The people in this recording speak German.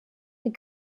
die